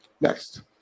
next